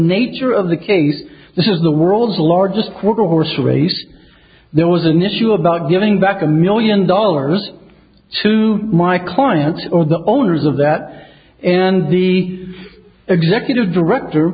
nature of the case this is the world's largest quarter horse race there was an issue about giving back a million dollars to my clients or the owners of that and the executive director